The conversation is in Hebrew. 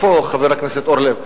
איפה חבר הכנסת אורלב?